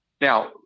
Now